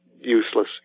useless